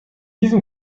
diesem